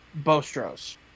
Bostros